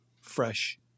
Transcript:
fresh